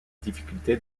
difficulté